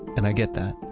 and i get that.